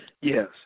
Yes